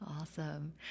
Awesome